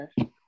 Okay